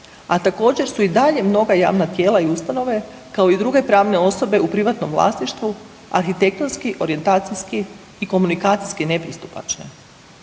a također su i dalje mnoga javna tijela i ustanove kao i druge pravne osobe u privatnom vlasništvu arhitektonski, orijentacijski i komunikacijski nepristupačne.